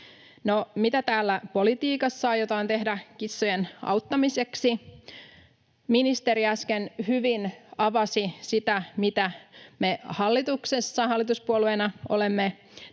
mitä täällä politiikassa aiotaan tehdä kissojen auttamiseksi? Ministeri äsken hyvin avasi sitä, mitä me hallituksessa hallituspuolueena olemme tekemässä.